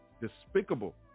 despicable